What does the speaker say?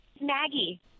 Maggie